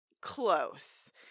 close